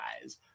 guys